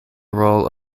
role